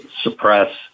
suppress